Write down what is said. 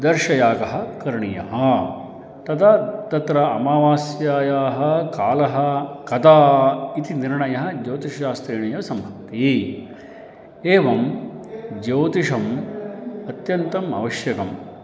दर्शयागः करणीयः तदा तत्र अमावास्यायाः कालः कदा इति निर्णयः ज्योतिषशास्त्रेणैव सम्भवति एवं ज्योतिषम् अत्यन्तम् आवश्यकम्